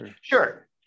Sure